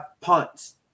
punts